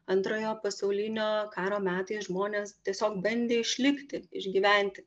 antrojo pasaulinio karo metais žmonės tiesiog bandė išlikti išgyventi